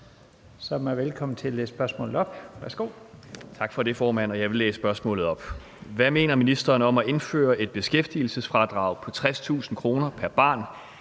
Hvad mener ministeren om at indføre et beskæftigelsesfradrag på 60.000 kr. pr. barn,